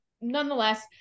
nonetheless